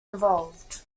involved